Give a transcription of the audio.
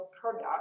product